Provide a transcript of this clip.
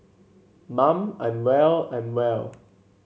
mum I'm well I'm well